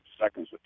seconds